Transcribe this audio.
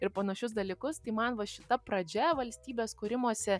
ir panašius dalykus tai man va šita pradžia valstybės kūrimosi